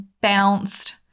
bounced